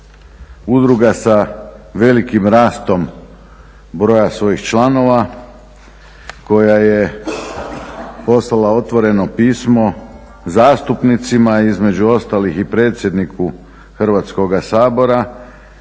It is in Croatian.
udruga sa velikim rastom broja svojih članova koja je poslala otvoreno pismo zastupnicima, između ostalih i predsjedniku Hrvatskoga sabora